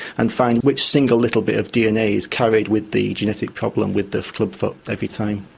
and find which single little bit of dna is carried with the genetic problem with the clubfoot every time.